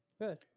Good